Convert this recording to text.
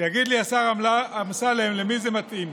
שיגיד לי השר אמסלם למי זה מתאים.